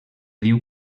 diu